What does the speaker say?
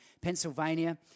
Pennsylvania